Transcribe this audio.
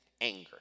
anger